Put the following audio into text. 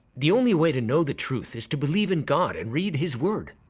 the only way to know the truth is to believe in god and read his word.